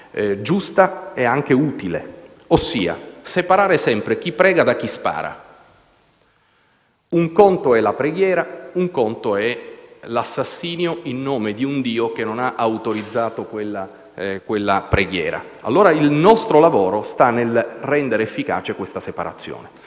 giusta e anche utile: ossia, separare sempre chi prega da chi spara. Un conto è la preghiera, un conto è l'assassinio in nome di un dio che non ha autorizzato quella preghiera. Il nostro lavoro sta nel rendere efficace questa separazione.